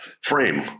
frame